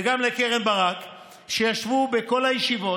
וגם קרן ברק ישבו בכל הישיבות,